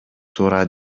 туура